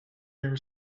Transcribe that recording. their